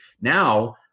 Now